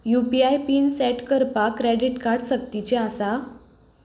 you P I PIN set करपाक credit card सक्तीचें आसा